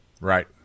right